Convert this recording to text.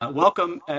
Welcome